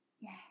yes